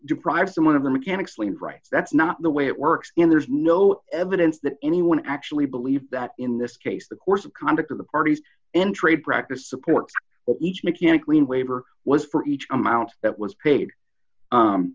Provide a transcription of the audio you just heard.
deprive someone of the mechanic's lien rights that's not the way it works and there's no evidence that anyone actually believes that in this case the course of conduct of the parties in trade practice a court each mechanically and labor was for each amount that was paid